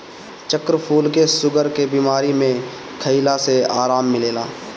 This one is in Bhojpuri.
चक्रफूल के शुगर के बीमारी में खइला से आराम मिलेला